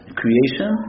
creation